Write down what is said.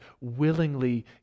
willingly